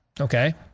Okay